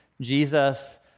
Jesus